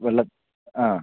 വെള്ളം ആ